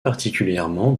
particulièrement